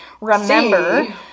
remember